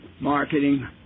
marketing